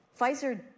Pfizer